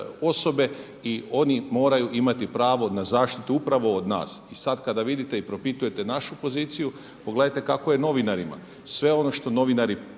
osobe i oni moraju imati pravo na zaštitu upravo od nas. I sada kada vidite i propitujete našu poziciju pogledajte kako je novinarima. Sve ono što novinari